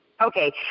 Okay